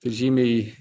tai žymiai